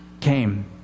Came